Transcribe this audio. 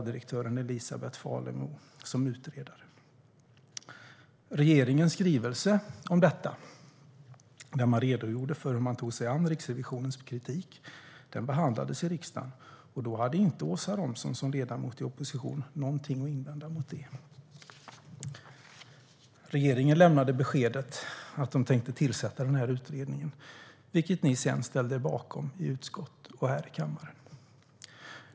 I regeringens skrivelse om detta redogjorde man för hur man tog sig an Riksrevisionens kritik. När skrivelsen behandlades i riksdagen hade Åsa Romson som ledamot i opposition ingenting att invända. Regeringen lämnade beskedet att man tänkte tillsätta den här utredningen, vilket ni sedan ställde er bakom i utskott och här i kammaren.